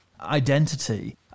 identity